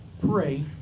Pray